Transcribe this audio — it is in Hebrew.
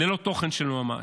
ללא תוכן של ממש.